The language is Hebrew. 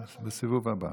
בסבב הבא.